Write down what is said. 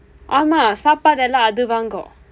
ஆமாம் சாப்பாடு எல்லாம் அது வாங்கும்:aamam sappadu ellam athu vaangum